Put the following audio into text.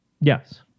Yes